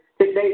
today